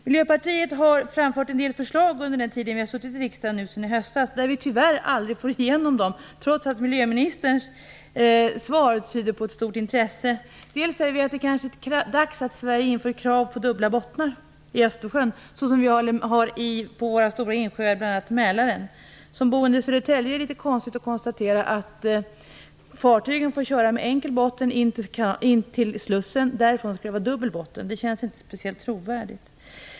Miljöpartiet har under sin tid i riksdagen sedan i höstas framfört en del förslag, som vi tyvärr aldrig får igenom trots att miljöministerns svar tyder på ett stort intresse. Vi tycker t.ex. att Sverige borde införa ett krav på dubbla bottnar på tankfartyg i Östersjön precis som gäller i stora insjöar, bl.a. Mälaren. Som boende i Södertälje är det för mig litet konstigt att konstatera att fartyg får köra med enkel botten in till slussen, men att det därifrån skall vara dubbel botten. Det känns inte speciellt trovärdigt.